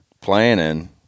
Planning